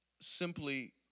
simply